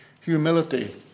humility